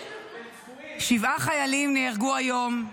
שבעה חיילים נהרגו היום,